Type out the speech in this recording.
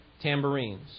tambourines